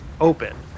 open